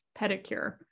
pedicure